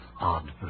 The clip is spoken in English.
odd